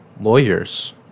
lawyers